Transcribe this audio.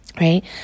right